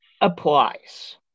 applies